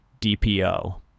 DPO